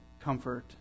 comfort